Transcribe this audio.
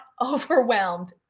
overwhelmed